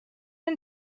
and